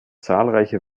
zahlreiche